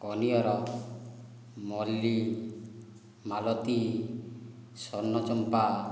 କନିଅର ମଲ୍ଲୀ ମାଳତୀ ସ୍ଵର୍ଣ୍ଣଚମ୍ପା